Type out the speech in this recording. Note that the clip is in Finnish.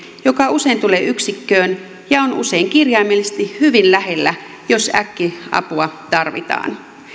joka usein tulee yksikköön ja on usein kirjaimellisesti hyvin lähellä jos äkki apua tarvitaan